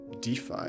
DeFi